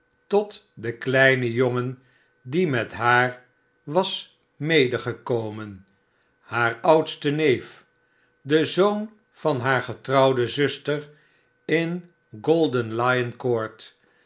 tot den kleinen jongen die met haar was medegekomen haar oudsten neef den zoon van hare getrouwde zuster in golden lion court